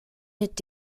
mit